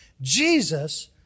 Jesus